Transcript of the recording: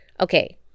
okay